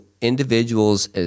individuals